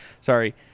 sorry